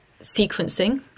sequencing